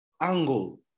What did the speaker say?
angle